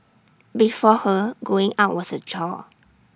before her going out was A chore